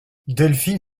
delphine